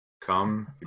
Come